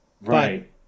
Right